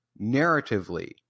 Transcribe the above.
narratively